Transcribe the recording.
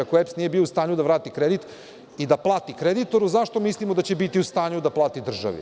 Ako EPS nije bio u stanju da vrati kredit i da plati kreditoru, zašto mislimo da će biti u stanju da plati državi?